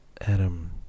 Adam